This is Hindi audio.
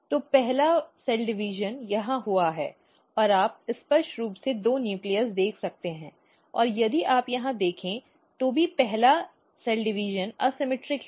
तो पहला कोशिका विभाजन यहाँ हुआ है और आप स्पष्ट रूप से दो न्यूक्लियस देख सकते हैं और यदि आप यहाँ देखें तो भी पहला कोशिका विभाजन असममित है